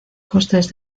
costes